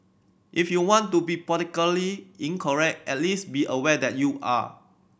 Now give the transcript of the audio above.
if you want to be politically incorrect at least be a weather you are